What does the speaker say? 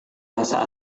bahasa